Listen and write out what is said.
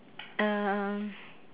um